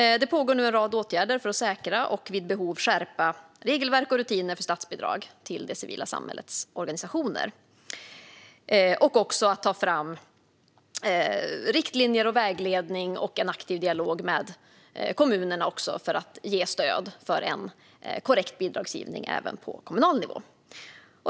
Det pågår nu en rad åtgärder för att säkra och vid behov skärpa regelverk och rutiner för statsbidrag till det civila samhällets organisationer, ta fram riktlinjer och vägledning och föra en aktiv dialog med kommunerna för att ge stöd för korrekt bidragsgivning även på kommunal nivå.